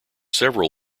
several